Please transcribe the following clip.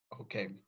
Okay